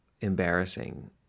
embarrassing